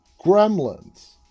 Gremlins